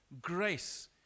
grace